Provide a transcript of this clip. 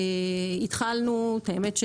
התחלנו ב-57%.